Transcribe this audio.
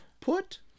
Put